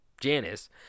Janice